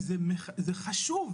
חשוב.